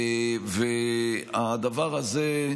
הדבר הזה,